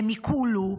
דמיקולו,